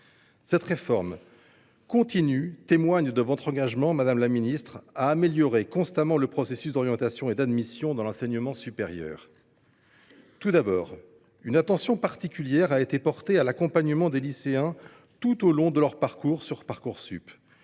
Cette réforme continue témoigne, madame la ministre, de votre engagement à améliorer constamment le processus d’orientation et d’admission dans l’enseignement supérieur. Tout d’abord, une attention particulière a été portée à l’accompagnement des lycéens tout au long de leurs démarches sur Parcoursup.